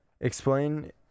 Explain